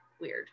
weird